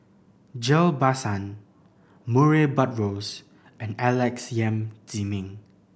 Ghillie Basan Murray Buttrose and Alex Yam Ziming